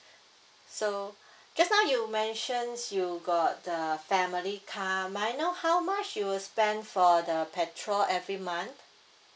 so just now you mentioned you got the family car may I know how much you'll spend for the petrol every month